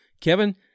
Kevin